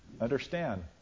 understand